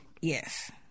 Yes